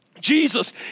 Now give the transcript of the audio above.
Jesus